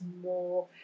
more